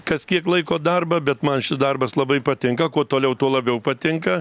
kas kiek laiko darbą bet man šis darbas labai patinka kuo toliau tuo labiau patinka